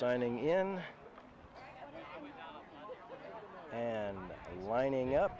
signing in and lining up